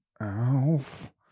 Alf